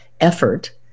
effort